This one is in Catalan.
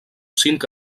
cinc